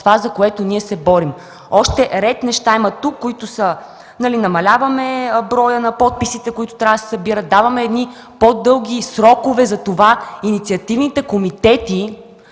това, за което ние се борим. Тук има още ред неща – намаляване броя на подписите, които трябва да се събират, даваме по-дълги срокове, та инициативните комитети,